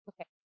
Okay